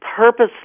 purposely